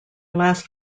last